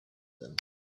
them